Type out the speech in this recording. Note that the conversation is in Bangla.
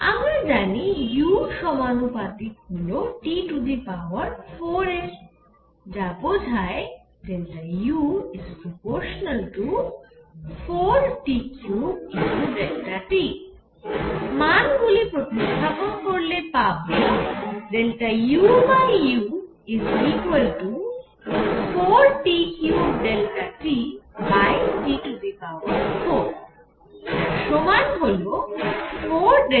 আমরা জানি u সমানুপাতিক হল T4 এর যা বোঝায় u∝4T3T মান গুলি প্রতিস্থাপন করলে পাবো uu4T3TT4 যার সমান হল 4TT